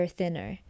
thinner